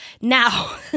Now